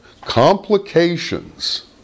complications